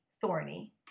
thorny